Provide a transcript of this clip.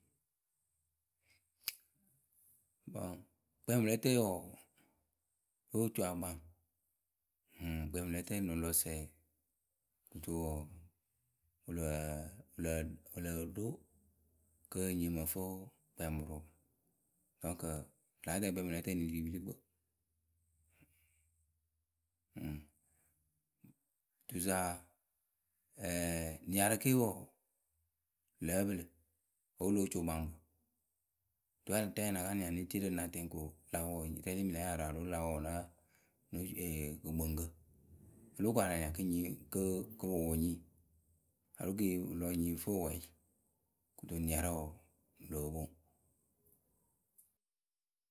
Bon, kpɛɛmʊrʊlǝtǝ wɔɔ, lóo co akpaŋ kpɛɛmʊrʊlǝtǝ lǝŋ lɔ sǝǝ. Kɨto wɔɔ wǝ loo loo loo ɖo kɨ nyi mɨ ŋ fɨ kpɛɛmʊrʊ. Donc ŋlǝ arɛɛpǝ pɨ láa tɛŋ pɨ lǝŋ ri wǝpilikpǝ. Tusa niarǝ ke wɔɔ lǝ́ǝ pɨlɨ wǝ́ lóo co wǝkpaŋkpǝ. Tuwe a la tɛŋ wǝ́ ŋ na ka nia lë dierǝ ŋ na tɛŋ ko wɔɔ, la wɔ enyipǝ rɛ lemi la nyarʊ alo la wɔ nɨ kɨkpǝŋkǝ. Olóo koru a nia kɨ pɨ wʊ nyi amaa alo kɨ pɨ lɔ nyi pɨ fɨ pɨ pwɛyɩ. Kɨto niarǝ wɔɔ, loo poŋ.